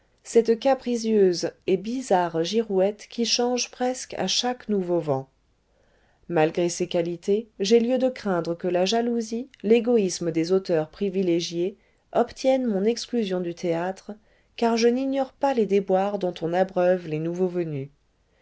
cette caprisieuse et bizarre girouette qui change presque à chaque nouveau vent malgré ces qualités j'ai lieu de craindre que la jalousie l'égoïsme des auteurs privilégiés obtienne mon exclusion du théâtre car je n'ignore pas les déboires dont on abreuve les nouveaux venus